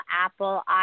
Apple